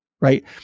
Right